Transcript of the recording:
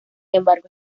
embargo